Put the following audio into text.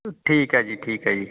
ਠੀਕ ਹੈ ਜੀ ਠੀਕ ਹੈ ਜੀ